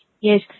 Yes